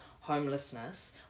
homelessness